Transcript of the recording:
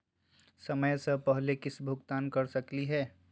समय स पहले किस्त भुगतान कर सकली हे?